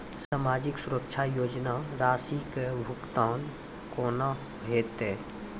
समाजिक सुरक्षा योजना राशिक भुगतान कूना हेतै?